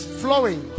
flowing